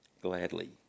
gladly